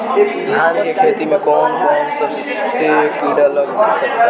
धान के खेती में कौन कौन से किड़ा लग सकता?